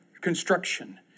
construction